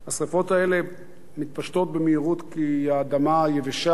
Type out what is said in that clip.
השרפות האלה מתפשטות במהירות כי האדמה יבשה,